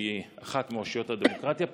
שהיא אחת מאושיות הדמוקרטיה פה,